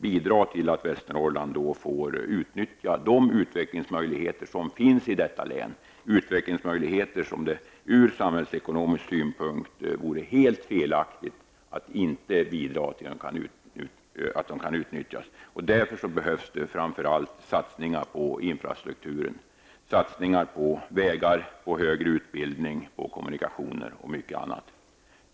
Bidra till att Västernorrland får utveckla de utvecklingsmöjligheter som finns i detta län. Det vore ur samhällsekonomisk synpunkt helt felaktigt att inte bidrag till att dessa utvecklingsmöjligheter kan utnyttjas. Därför behövs satsningar på framför allt infrastrukturen, satsningar på vägar, högre utbildning, kommunikationer m.m.